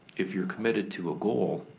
if you're committed to a goal,